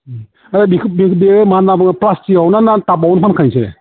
ओमफ्राय बेखौ बेयो मा होनना बुङो प्लास्टिकाव ना टाबआव फानखायो नोंसोरो